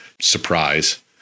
surprise